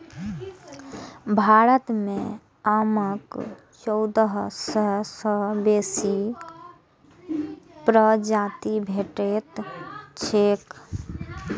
भारत मे आमक चौदह सय सं बेसी प्रजाति भेटैत छैक